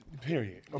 period